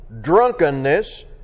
drunkenness